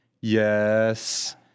yes